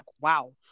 wow